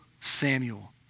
Samuel